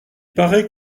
parait